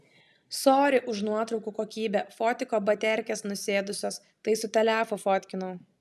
sory už nuotraukų kokybę fotiko baterkės nusėdusios tai su telefu fotkinau